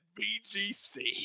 BGC